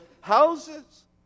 houses